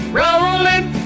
rolling